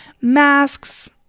masks